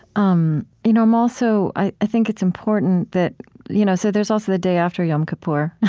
um you know i'm also i think it's important that you know so there's also the day after yom kippur